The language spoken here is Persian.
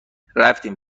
رفتیم